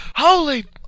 holy